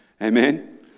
Amen